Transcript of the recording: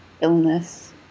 illness